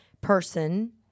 person